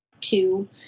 two